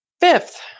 Fifth